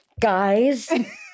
Guys